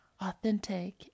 authentic